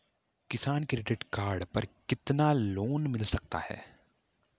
किसान credit card पर कितना लोंन मिल सकता है?